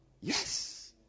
yes